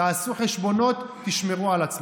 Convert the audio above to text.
תעשו חשבונות, תשמרו על עצמכם.